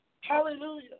Hallelujah